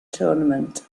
tournament